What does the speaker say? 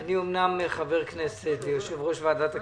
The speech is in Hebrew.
אני אמנם חבר כנסת ויושב ראש ועדת הכספים,